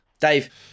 Dave